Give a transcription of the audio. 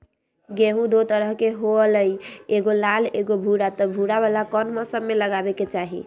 गेंहू दो तरह के होअ ली एगो लाल एगो भूरा त भूरा वाला कौन मौसम मे लगाबे के चाहि?